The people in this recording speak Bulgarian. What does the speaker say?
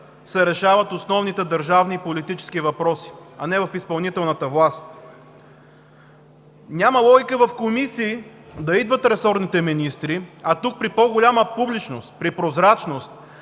се решават основните държавни политически въпроси, а не в изпълнителната власт. Няма логика в комисии да идват ресорните министри, а тук, при по-голяма публичност, при прозрачност,